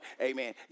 Amen